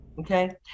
okay